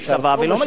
לא משרתים בצה"ל.